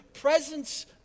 presence